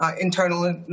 internal